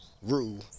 rule